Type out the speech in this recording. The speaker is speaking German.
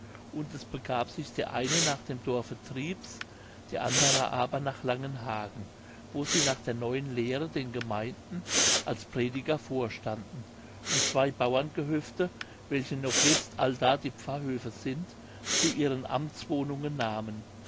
und es begab sich der eine nach dem dorfe triebs der andere aber nach langenhagen wo sie nach der neuen lehre den gemeinden als prediger vorstanden und zwei bauerngehöfte welche noch jetzt allda die pfarrhöfe sind zu ihren amtswohnungen nahmen